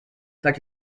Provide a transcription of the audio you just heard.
such